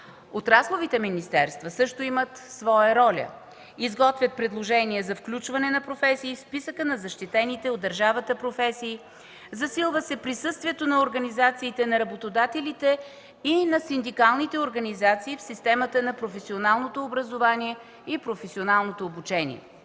Отрасловите министерства също имат своя роля – изготвят предложения за включване на професии в списъка на защитените от държавата професии. Засилва се присъствието на организациите на работодателите и на синдикалните организации в системата на професионалното образование и професионалното обучение.